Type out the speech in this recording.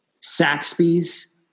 Saxby's